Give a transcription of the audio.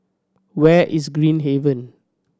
where is Green Haven